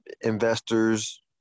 investors